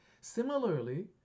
Similarly